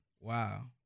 Wow